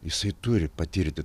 jisai turi patirti